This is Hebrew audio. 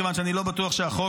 מכיוון שאני לא בטוח שהחוק